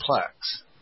complex